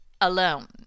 alone